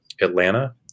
atlanta